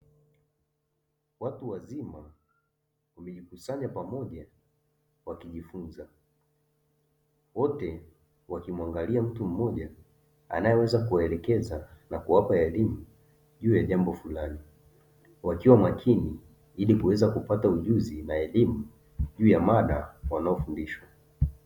Watu wazima wamejikusanya pamoja wakijifunza, wote wakimwangalia mtu mmoja anayeweza kuelekeza na kuwapa elimu juu ya jambo fulani. Wakiwa makini ili kuweza kupata ujuzi na elimu juu ya mada wanayofundishwa.